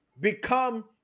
become